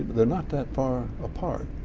they're not that far apart.